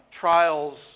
trials